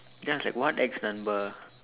ya then I was like what ex number